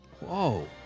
Whoa